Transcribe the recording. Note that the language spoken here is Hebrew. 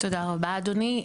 תודה רבה, אדוני.